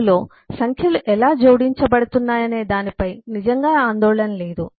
ALU లో సంఖ్యలు ఎలా జోడించబడుతున్నాయనే దానిపై నిజంగా ఆందోళన లేదు